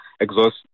exhaust